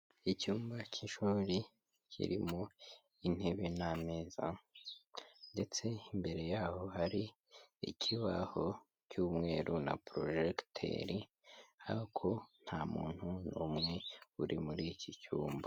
Icyumba cy'ishuri kirimo intebe n'ameza ndetse imbere yaho hari ikibaho cy'umweru na projecteur ariko nta muntu n'umwe uri muri iki cyumba.